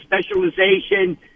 specialization